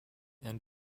end